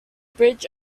bridge